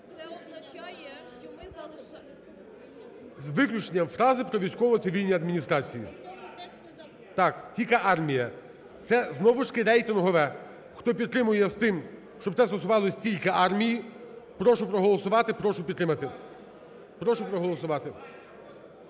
Це означає, що ми залишаємо… ГОЛОВУЮЧИЙ. З виключенням фрази про військово-цивільні адміністрації? Так, тільки армія. Це знову ж таки рейтингове. Хто підтримує з тим, щоб це стосувалося тільки армії, прошу проголосувати, прошу підтримати. Прошу проголосувати.